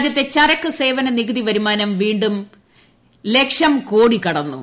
രാജ്യത്തെ ചരക്ക് സേവന നികുതി വരുമാനം വീണ്ടും ലക്ഷം കോടി കടന്നു